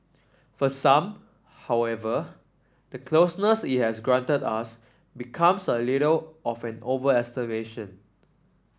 for some however the closeness it has granted us becomes a little